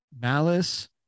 malice